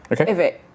Okay